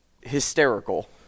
hysterical